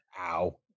Ow